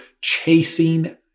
Chasing